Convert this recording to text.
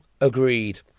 agreed